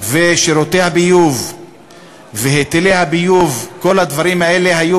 ושירותי הביוב והיטלי הביוב, כל הדברים האלה היו